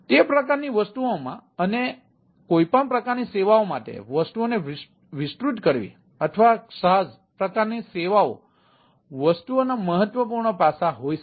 તે પ્રકારની વસ્તુઓમાં અને કોઈપણ પ્રકારની સેવાઓ માટે વસ્તુઓને વિસ્તૃત કરવી અથવા XaaS પ્રકારની સેવાઓ વસ્તુઓના મહત્વપૂર્ણ પાસાં હોઈ શકે છે